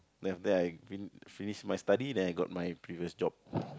then after that I g~ finish my study then I got my previous job